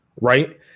right